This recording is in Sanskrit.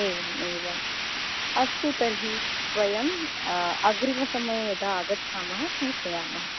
एवम् एवम् अस्तु तर्हि वयं अग्रिमसमये यदा आगच्छामः सूचयामः